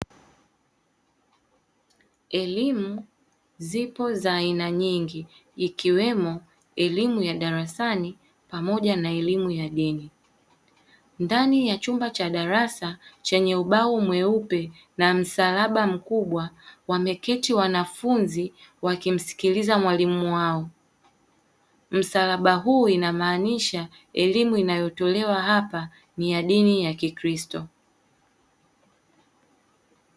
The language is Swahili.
Elimu zipo za aina nyingi ikiwemo elimu ya darasani pamoja na elimu ya dini. Ndani ya chumba cha darasa chenye ubao mweupe na msalaba mkubwa wameketi wanafunzi wakimsikiiza mwalimu wao. Msalaba huu inamaanisha elimu inayotolewa hapa ni ya dini ya kikristo.